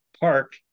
park